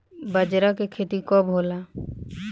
बजरा के खेती कब होला?